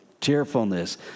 cheerfulness